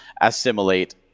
Assimilate